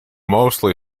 mostly